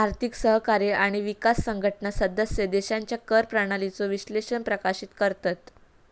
आर्थिक सहकार्य आणि विकास संघटना सदस्य देशांच्या कर प्रणालीचो विश्लेषण प्रकाशित करतत